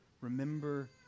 remember